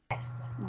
yes